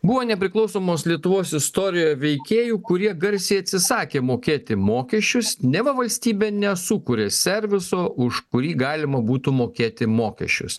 buvo nepriklausomos lietuvos istorijoje veikėjų kurie garsiai atsisakė mokėti mokesčius neva valstybė nesukuria serviso už kurį galima būtų mokėti mokesčius